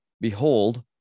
Behold